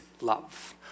love